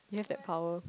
you have that power